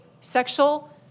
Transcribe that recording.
sexual